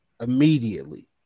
immediately